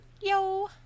Yo